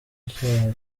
icyaha